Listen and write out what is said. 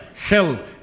hell